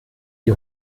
die